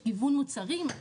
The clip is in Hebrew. יש גיוון מוצרים,